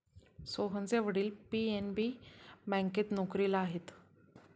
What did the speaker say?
सोहनचे वडील पी.एन.बी बँकेत नोकरीला आहेत